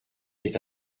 est